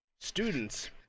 students